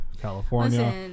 California